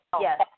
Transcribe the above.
Yes